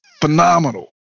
phenomenal